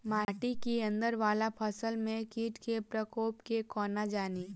माटि केँ अंदर वला फसल मे कीट केँ प्रकोप केँ कोना जानि?